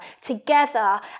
together